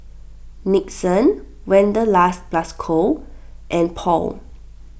Nixon Wanderlust Plus Co and Paul